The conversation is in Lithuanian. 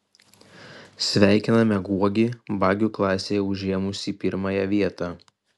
sveikiname guogį bagių klasėje užėmusį pirmąją vietą